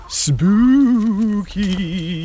spooky